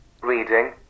Reading